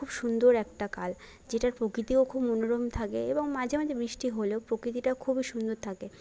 খুব সুন্দর একটা কাল যেটার প্রকৃতিও খুব মনোরম থাকে এবং মাঝে মাঝে বৃষ্টি হলেও প্রকৃতিটা খুবই সুন্দর থাকে